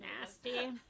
Nasty